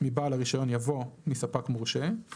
במקום "מבעל רישיון" יבוא "מספק מורשה";